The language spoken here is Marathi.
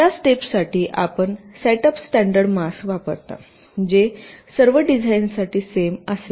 या स्टेपसाठी आपण सेट अप स्टँडर्ड मास्क वापरता जे सर्व डिझाईन्ससाठी सेम असेल